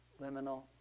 Liminal